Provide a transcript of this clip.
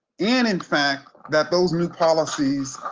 and in fact, that those new policies,